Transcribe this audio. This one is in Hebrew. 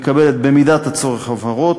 מקבלת במידת הצורך הבהרות,